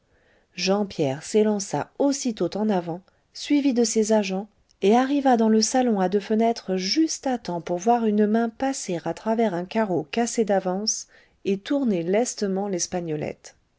jean pierre s'élança aussitôt en avant suivi de ses agents et arriva dans le salon à deux fenêtres juste à temps pour voir une main passer à travers un carreau cassé d'avance et tourner